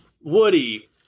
Woody